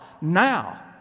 now